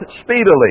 speedily